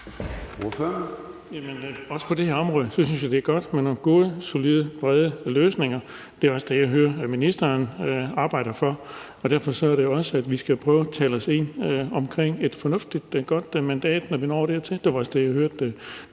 Også på det område synes jeg, det er godt, man har gode, solide, brede løsninger. Det er også det, jeg hører ministeren arbejder for, og derfor er det også sådan, at vi skal tale os ind omkring et fornuftigt, godt mandat, når vi når dertil. Det var også det, jeg hørte